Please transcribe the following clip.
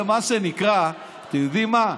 זה מה שנקרא, אתם יודעים מה?